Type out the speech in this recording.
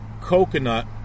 coconut